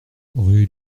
rue